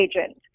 agent